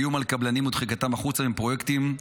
איום על קבלנים ודחיקתם החוצה מפרויקטים,